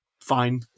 fine